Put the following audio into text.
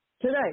today